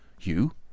You